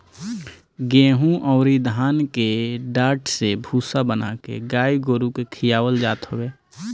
गेंहू अउरी धान के डाठ से भूसा बना के गाई गोरु के खियावल जात हवे